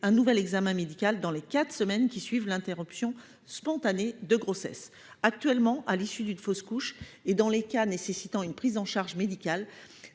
un nouvel examen dans les quatre semaines qui suivent l'interruption spontanée de grossesse. Actuellement, à l'issue d'une fausse couche, et dans les cas nécessitant une prise en charge médicale,